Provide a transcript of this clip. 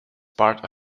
part